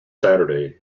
saturday